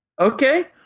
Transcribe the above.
Okay